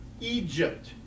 egypt